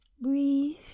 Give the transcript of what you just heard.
breathe